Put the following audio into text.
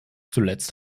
zuletzt